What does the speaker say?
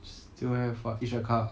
still have what each a cup